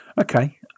Okay